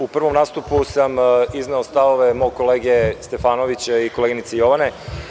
U prvom nastupu sam izneo stavove mog kolege Stefanovića i koleginice Jovane.